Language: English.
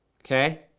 Okay